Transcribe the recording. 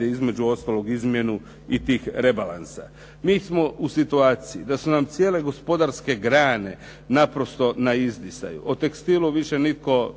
između ostalog izmjenu i tih rebalansa. Mi smo u situaciju da su nam cijele gospodarske grane naprosto na izdisaju. O tekstilu više nitko niti